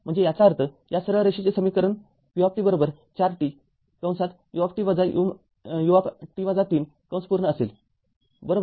म्हणजे याचा अर्थया सरळ रेषेचे समीकरण v४ t u ut ३ असेल बरोबर